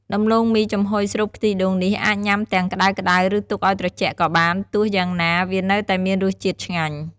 ដំឡូងមីចំហុយស្រូបខ្ទិះដូងនេះ អាចញ៉ាំទាំងក្ដៅៗ ឬទុកឲ្យត្រជាក់ក៏បាន ទោះយ៉ាងណា វានៅតែមានរសជាតិឆ្ងាញ់។